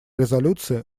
резолюции